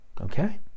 Okay